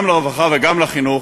גם לרווחה וגם לחינוך,